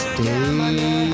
Stay